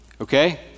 okay